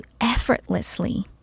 effortlessly